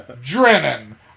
Drennan